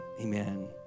Amen